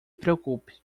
preocupe